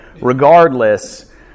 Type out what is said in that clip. regardless